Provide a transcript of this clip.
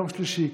יום שלישי,